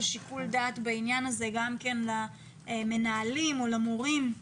שיקול דעת בעניין הזה למנהלים או למורים.